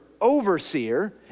overseer